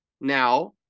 Now